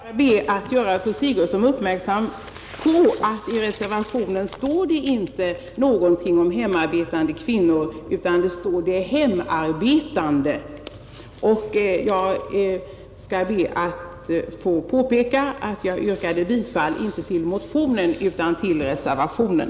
Herr talman! Jag skall bara be att få göra fru Sigurdsen uppmärksam på att det i reservationen inte står någonting om hemarbetande kvinnor, utan det står om de hemarbetande. Jag vill påpeka att jag yrkade bifall inte till motionen utan till reservationen,